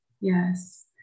Yes